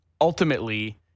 ultimately